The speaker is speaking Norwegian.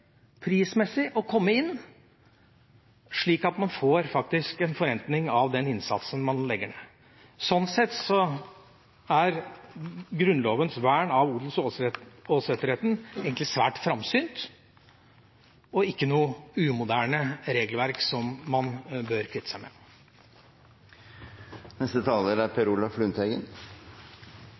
prismessig å komme inn, slik at man får en forrentning av den innsatsen man legger ned. Sånn sett er Grunnlovens vern av odels- og åsetesretten egentlig svært framsynt. Dette er ikke noe umoderne regelverk som man bør kvitte seg med. Jeg er